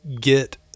get